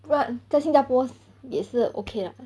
不然在新加坡也是 okay lah